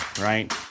Right